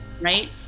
Right